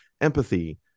empathy